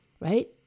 Right